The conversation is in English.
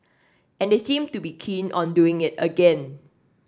and they seem to be keen on doing it again